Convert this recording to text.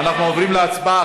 אנחנו עוברים להצבעה.